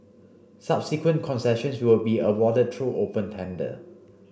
subsequent concessions will be awarded through open tender